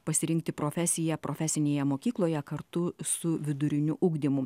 pasirinkti profesiją profesinėje mokykloje kartu su viduriniu ugdymu